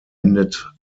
endet